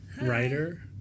writer